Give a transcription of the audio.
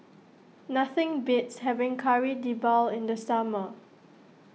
nothing beats having Kari Debal in the summer